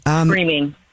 Screaming